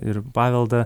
ir paveldą